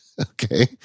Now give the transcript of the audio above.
Okay